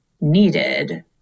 needed